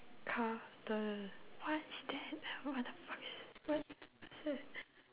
car the what is that what the fuck is that what's that